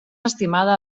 estimada